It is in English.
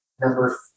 Number